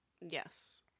Yes